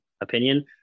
opinion